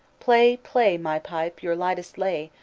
play, play, my pipe, your lightest lay,